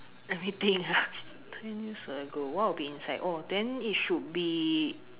let me think ah ten years ago what will be inside oh then it should be